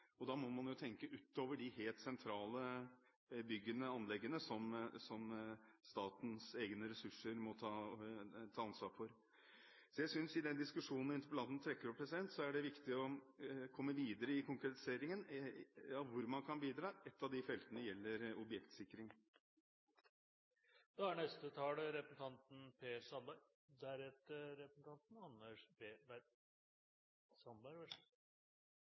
Da må man tenke utover de helt sentrale byggene og anleggene som statens egne ressurser må ta ansvar for. I den diskusjonen interpellanten trekker opp, synes jeg det er viktig å komme videre i konkretiseringen av hvor man kan bidra. Ett av de feltene gjelder objektsikring.